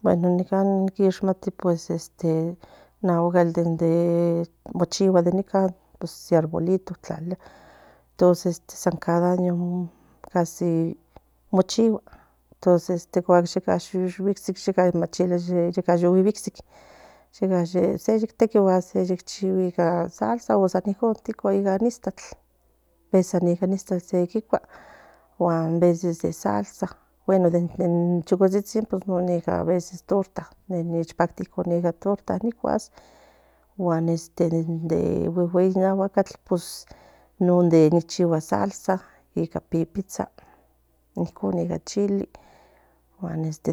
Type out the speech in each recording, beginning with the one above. Bueno nicanor ni kishmati na ogal no chigua se arbolitos tlalilia casa años no chigua entonces shen guistsi yeka she tequi in salsa ican icstatls guan veces se salsa bueno de chocotsitsik de torta ne checpactia nicuas guan de gueguey in aguacatl non chigua salsa ican pipitsa ica chile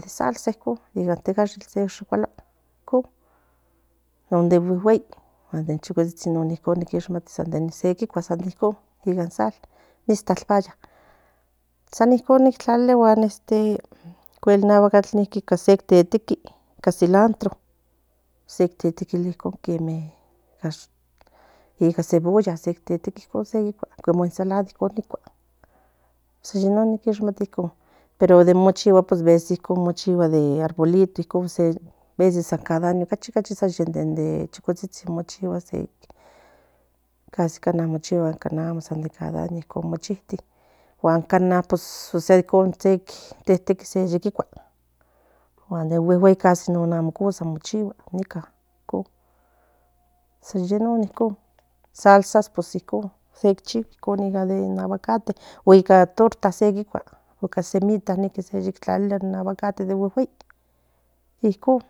salsa icon she shucuala non de gueguey de se kikuas san de icon ican sal san icon tlaliliabocuel en aguakak se tetequili ica silantro tequiquilia ica y sebolla como ensalada no nokia icon pero icon ne chihua de arbolito veces cada año mi chigua de cana a amo chihua guan cana teteki non ye kikuas de neguehuei casi amo mo chigua salsas icon kikiua icon aguacate y ca torta ican cemita in guguei aguacate icon